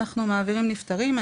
אנחנו מעבירים נפטרים,